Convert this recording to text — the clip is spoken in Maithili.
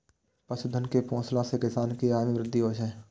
पशुधन कें पोसला सं किसान के आय मे वृद्धि होइ छै